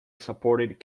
supported